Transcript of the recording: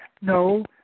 No